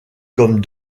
comme